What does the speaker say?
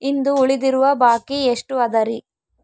ಇಂದು ಉಳಿದಿರುವ ಬಾಕಿ ಎಷ್ಟು ಅದರಿ?